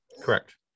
Correct